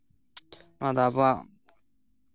ᱱᱚᱣᱟᱫᱚ ᱟᱵᱚᱣᱟᱜ